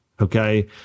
Okay